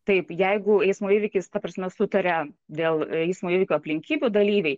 taip jeigu eismo įvykis ta prasme sutaria dėl eismo įvykio aplinkybių dalyviai